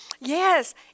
Yes